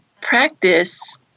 practice